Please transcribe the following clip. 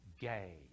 gay